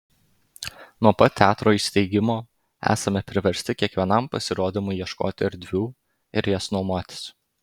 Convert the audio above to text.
nuo pat teatro įsteigimo esame priversti kiekvienam pasirodymui ieškoti erdvių ir jas nuomotis